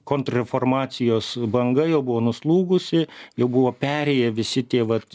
kontrreformacijos banga jau buvo nuslūgusi jau buvo perėję visi tie vat